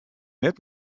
net